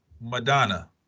Madonna